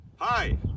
Hi